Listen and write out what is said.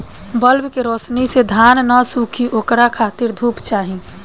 bulb के रौशनी से धान न सुखी ओकरा खातिर धूप चाही